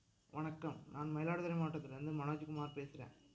வணக்கம் நான் மயிலாடுதுறை மாவட்டத்துலேருந்து மனோஜுகுமார் பேசுகிறேன்